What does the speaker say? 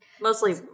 Mostly